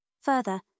Further